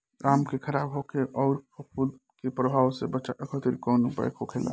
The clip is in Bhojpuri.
आम के खराब होखे अउर फफूद के प्रभाव से बचावे खातिर कउन उपाय होखेला?